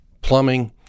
plumbing